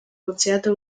konzerte